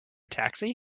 taxi